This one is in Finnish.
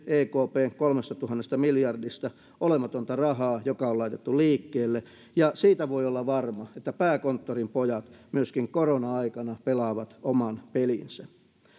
ekpn kolmestatuhannesta miljardista olematonta rahaa joka on laitettu liikkeelle siitä voi olla varma että pääkonttorin pojat myöskin korona aikana pelaavat oman pelinsä